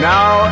Now